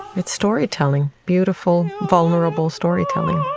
it's storytelling, beautiful, vulnerable storytelling